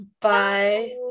Bye